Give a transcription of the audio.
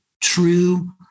true